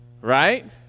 Right